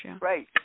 right